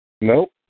Nope